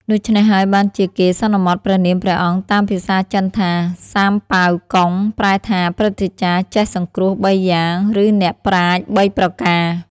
ដូច្នេះហើយបានជាគេសន្មតព្រះនាមព្រះអង្គតាមភាសាចិនថា សាមប៉ាវកុង ប្រែថា ព្រឹទ្ធាចារ្យចេះសង្គ្រោះបីយ៉ាង ឬអ្នកប្រាជ្ញបីប្រការ ។